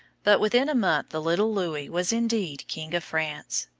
but within a month the little louis was indeed king of france.